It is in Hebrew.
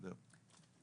זהו.